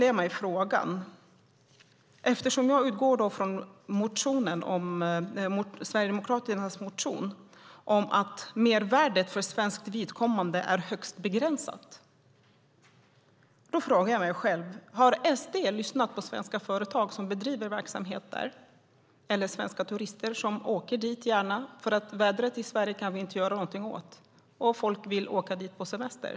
Jag utgår från Sverigedemokraternas motion om att mervärdet för svenskt vidkommande är högst begränsat, och då frågar jag mig: Har SD lyssnat på svenska företag som bedriver verksamhet där? Har de lyssnat på svenska turister som gärna åker dit? Vädret i Sverige kan vi inte göra någonting åt, och folk åker därför gärna till Marocko på semester.